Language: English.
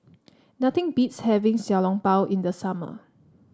nothing beats having Xiao Long Bao in the summer